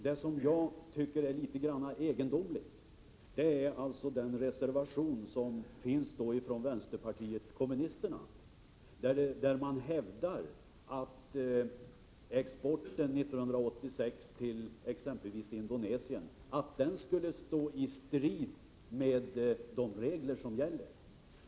Men vad jag tycker är egendomligt är den reservation som finns från vänsterpartiet kommunisterna, där man hävdar att exporten 1986 till exempelvis Indonesien skulle stå i strid med de regler som gäller.